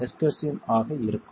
excursion ஆக இருக்கும்